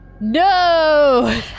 No